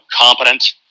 competent